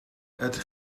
ydych